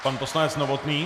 Pan poslanec Novotný.